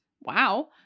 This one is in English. Wow